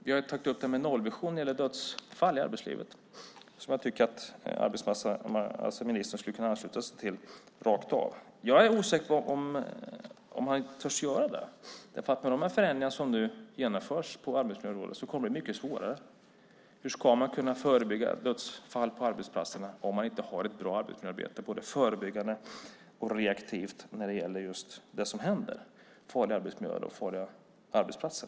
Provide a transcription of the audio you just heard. Vi har tagit upp nollvisionen när det gäller dödsfall i arbetslivet, och jag tycker att ministern skulle kunna ansluta sig till den rakt av. Jag är osäker på om han törs göra det. Med de förändringar som nu genomförs på arbetsmiljöområdet kommer det att bli mycket svårare. Hur ska man kunna förebygga dödsfall på arbetsplatserna om man inte har ett bra arbetsmiljöarbete, både förebyggande och reaktivt, när det gäller just det som händer med farliga arbetsmiljöer och farliga arbetsplatser?